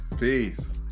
Peace